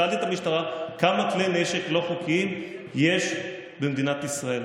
שאלתי את המשטרה כמה כלי נשק לא חוקיים יש במדינת ישראל,